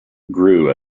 grew